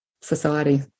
society